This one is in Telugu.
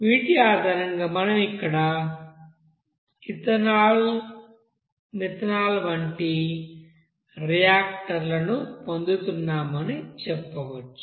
వీటి ఆధారంగా మనం ఇక్కడ నుండి మిథనాల్ వంటి రియాక్టర్లను పొందుతున్నామని చెప్పవచ్చు